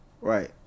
Right